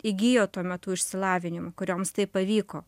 įgijo tuo metu išsilavinimą kurioms tai pavyko